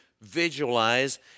visualize